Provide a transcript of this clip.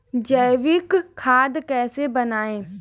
जैविक खाद कैसे बनाएँ?